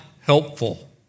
helpful